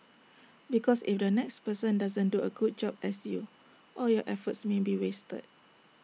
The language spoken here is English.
because if the next person doesn't do A good job as you all your efforts may be wasted